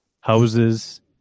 houses